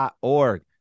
Org